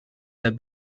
der